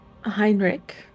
heinrich